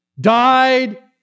died